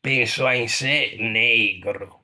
penso à un çê neigro.